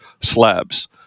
slabs